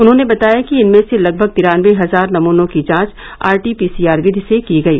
उन्होंने बताया कि इनमें से लगभग तिरानबे हजार नमूनों की जांच आरटीपीसीआर विधि से की गयी